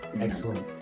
Excellent